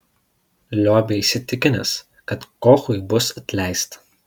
liobė įsitikinęs kad kochui bus atleista